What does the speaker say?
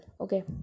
okay